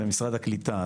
זה משרד הקליטה.